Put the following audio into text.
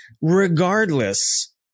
regardless